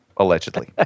Allegedly